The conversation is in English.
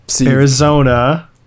Arizona